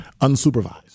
unsupervised